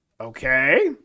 okay